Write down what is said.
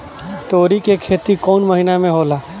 तोड़ी के खेती कउन महीना में होला?